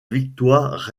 victoire